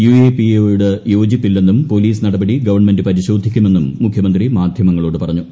യുഎപിഎയോടു യോജിപ്പില്ലെന്നും പോലീസ് നട്പടി ഗവൺമെന്റ് പരിശോധിക്കുമെന്നും മുഖ്യമന്ത്രി മാധ്യമങ്ങളോട്ടു പറഞ്ഞു